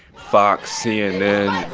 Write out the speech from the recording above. fox, cnn.